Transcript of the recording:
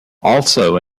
also